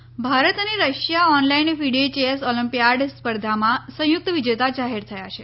chess Bharat અને Russia online FIDE chess olympiad સ્પર્ધામાં સંયુક્ત વિજેતા જાહેર થયા છે